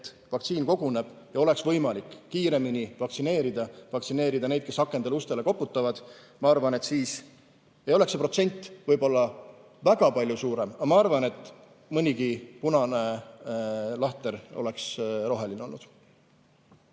et vaktsiin koguneb ja oleks võimalik kiiremini vaktsineerida, vaktsineerida neid, kes akendele-ustele koputavad. Ma arvan, et siis ei oleks see protsent võib-olla väga palju suurem, aga ma arvan, et mõnigi punane lahter oleks roheline olnud.